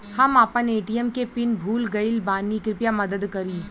हम आपन ए.टी.एम के पीन भूल गइल बानी कृपया मदद करी